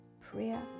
prayer